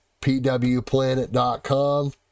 pwplanet.com